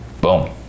Boom